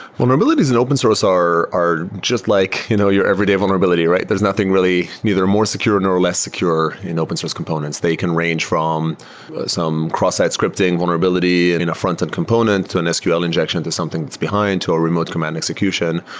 vulnerabilities in open source are are just like you know your everyday vulnerability, right? there is nothing really neither more secure nor less secure in open source components. they can range from some cross-site scripting, vulnerability, and frontend component to an sql injection to something that's behind to a remote command execution.